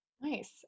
Nice